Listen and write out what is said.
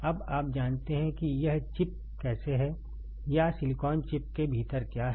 अब आप जानते हैं कि यह चिप कैसे है या सिलिकॉन चिप के भीतर क्या है